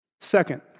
Second